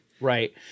Right